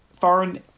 foreign